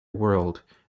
world